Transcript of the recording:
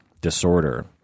disorder